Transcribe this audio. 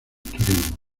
turismo